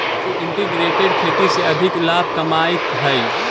अब उ इंटीग्रेटेड खेती से अधिक लाभ कमाइत हइ